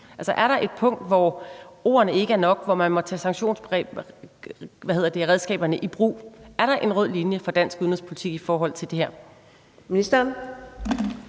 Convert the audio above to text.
er der et punkt, hvor ordene ikke er nok, og hvor man må tage sanktionsredskaberne i brug? Er der en rød linje for dansk udenrigspolitik i forhold til det her?